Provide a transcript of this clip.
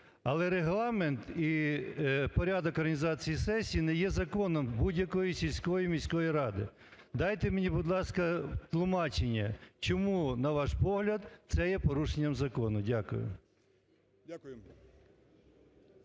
але регламент і порядок організації сесії не є законом будь-якої сільської міської ради. Дайте мені, будь ласка, тлумачення, чому на ваш погляд це є порушенням закону? Дякую.